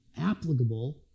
applicable